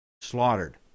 slaughtered